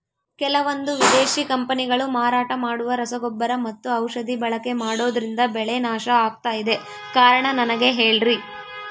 ಕೆಲವಂದು ವಿದೇಶಿ ಕಂಪನಿಗಳು ಮಾರಾಟ ಮಾಡುವ ರಸಗೊಬ್ಬರ ಮತ್ತು ಔಷಧಿ ಬಳಕೆ ಮಾಡೋದ್ರಿಂದ ಬೆಳೆ ನಾಶ ಆಗ್ತಾಇದೆ? ಕಾರಣ ನನಗೆ ಹೇಳ್ರಿ?